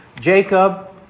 Jacob